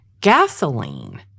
Gasoline